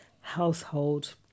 household